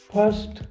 First